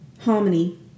Harmony